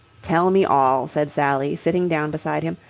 tell me all, said sally, sitting down beside him.